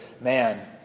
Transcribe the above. man